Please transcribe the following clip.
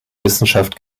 wissenschaft